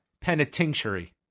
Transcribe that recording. penitentiary